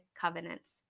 covenants